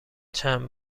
چند